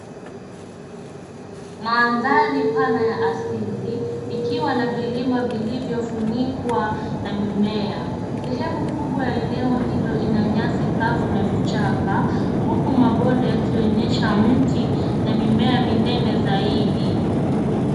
Mandhari pana ya asili ikiwa na vilima vilivyofunikwa na mimea. Sehemu kubwa ya eneo hilo ina nyasi kavu na vichaka huku mabonde yakionyesha mti na mimea minene zaidi.